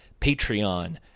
Patreon